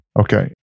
Okay